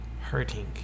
hurting